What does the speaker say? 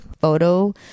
photo